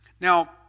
Now